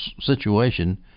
situation